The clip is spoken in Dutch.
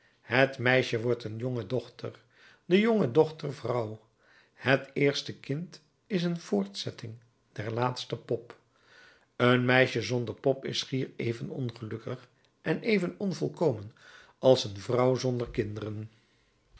het meisje wordt een jongedochter de jongedochter vrouw het eerste kind is een voortzetting der laatste pop een meisje zonder pop is schier even ongelukkig en even onvolkomen als een vrouw zonder kinderen